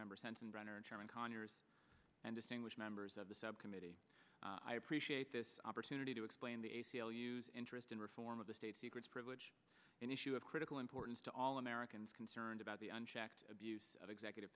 member sensenbrenner and chairman conyers and distinguished members of the subcommittee i appreciate this opportunity to explain the a c l u interest in reform of the state secrets privilege an issue of critical importance to all americans concerned about the unchecked abuse of executive